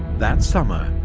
that summer,